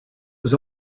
was